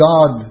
God